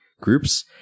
groups